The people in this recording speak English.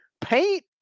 paint